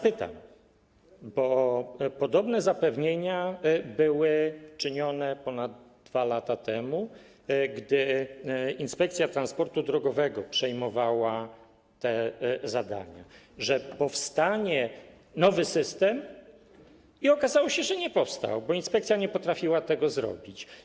Podobne zapewnienia były czynione ponad 2 lata temu, gdy Inspekcja Transportu Drogowego przejmowała te zadania, co do tego, że powstanie nowy system, i okazało się, że nie powstał, bo inspekcja nie potrafiła tego zrobić.